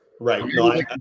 right